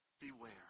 beware